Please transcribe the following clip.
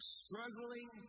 struggling